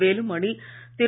Velumani Thiru